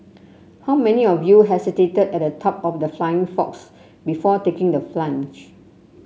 how many of you hesitated at the top of the flying fox before taking the plunge